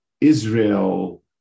Israel